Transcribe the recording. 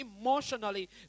emotionally